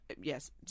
yes